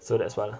so that's why lah